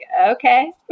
okay